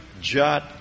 jot